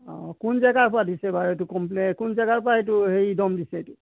অঁ কোন জেগাৰ পৰা দিছে বাৰু এইটো কম্প্লেইন কোন জেগাৰ পৰা এইটো হেৰি দম দিছে এইটো